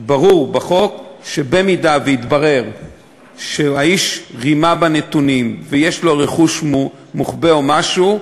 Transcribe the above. ברור בחוק שאם יתברר שהאיש רימה בנתונים ויש לו רכוש מוחבא או משהו,